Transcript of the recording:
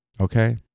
Okay